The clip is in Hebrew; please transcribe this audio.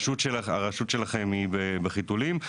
הרשות שלכם בחיתולים.